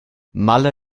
malé